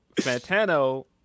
Fantano